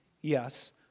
Yes